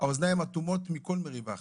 האוזניים אטומות לכל מריבה אחרת.